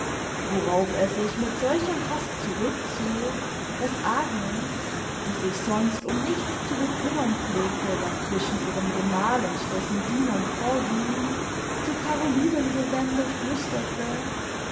worauf er sich mit solcher hast zurückzog daß agnes die sich sonst um nichts zu bekümmern pflegte was zwischen ihrem gemal und dessen dienern vorging zu carolinen gewendet flüsterte